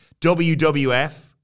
WWF